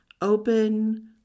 open